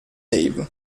dave